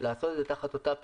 לעשות את זה תחת אותה פעילות,